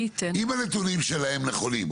אם הנתונים שלהם נכונים.